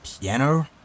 piano